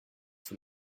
sous